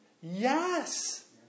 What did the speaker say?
Yes